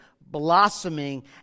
blossoming